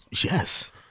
Yes